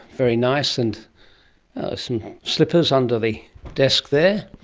very nice, and some slippers under the desk there,